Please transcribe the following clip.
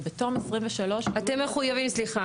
ובתום 2023 --- סליחה,